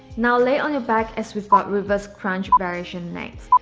now lay on your back as we've got reverse crunch variation next.